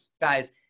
guys